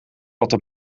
altijd